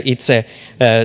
itse